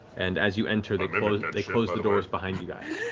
and as you enter, they they close the doors behind you guys.